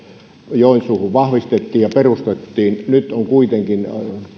joensuuhun vahvistettiin ja perustettiin nyt on kuitenkin